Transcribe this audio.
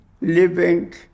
living